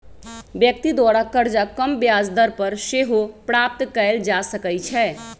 व्यक्ति द्वारा करजा कम ब्याज दर पर सेहो प्राप्त कएल जा सकइ छै